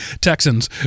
Texans